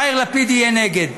יאיר לפיד יהיה נגד.